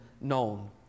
known